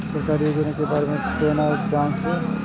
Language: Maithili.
सरकारी योजना के बारे में केना जान से?